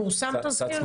פורסם תזכיר?